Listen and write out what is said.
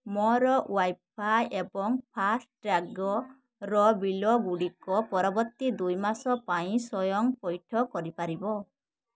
ମୋର ୱାଇଫାଇ ଏବଂ ଫାସ୍ଟ୍ୟାଗ୍ର ବିଲ୍ଗୁଡ଼ିକ ପରବର୍ତ୍ତୀ ଦୁଇ ମାସ ପାଇଁ ସ୍ଵୟଂ ପଇଠ କରିପାରିବ